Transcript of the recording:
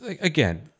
again